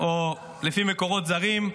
לפי מקורות זרים,